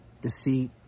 Deceit